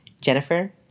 Jennifer